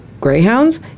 greyhounds